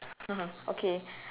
okay